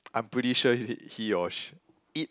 I'm pretty sure h~ he or she it